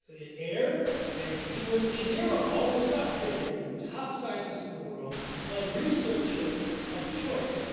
it aired and he was a hero all of a sudden. here's a top scientist in the world, the researcher of choice.